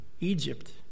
Egypt